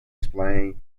explain